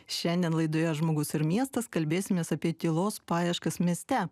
šiandien laidoje žmogus ir miestas kalbėsimės apie tylos paieškas mieste